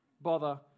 bother